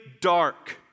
dark